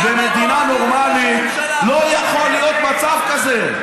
במדינה נורמלית לא יכול להיות מצב כזה.